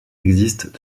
existent